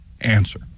answer